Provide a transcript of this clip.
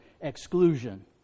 exclusion